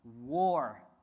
war